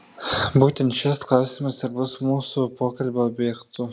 būtent šis klausimas ir bus mūsų pokalbio objektu